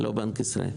לא בנק ישראל.